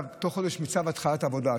ובתוך חודש מצו התחלת עבודה,